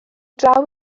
draw